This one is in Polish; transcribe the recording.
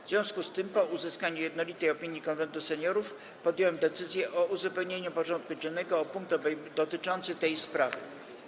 W związku z tym, po uzyskaniu jednolitej opinii Konwentu Seniorów, podjąłem decyzję o uzupełnieniu porządku dziennego o punkt dotyczący tej sprawy.